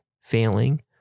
failing